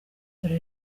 dore